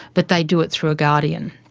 but they do it through a guardian.